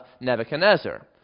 Nebuchadnezzar